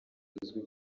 uzwi